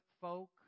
folk